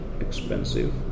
expensive